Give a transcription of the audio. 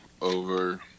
over